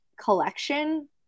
collection